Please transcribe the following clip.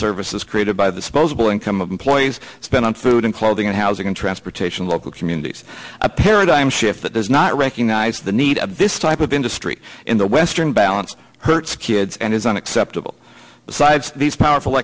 services created by the supposable income of employees spend on food and clothing and housing and transportation local communities a paradigm shift that there's not recognize the need of this type of industry in the western balance hurts kids and is unacceptable besides these powerful